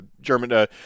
German –